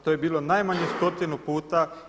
To je bilo najmanje stotinu puta.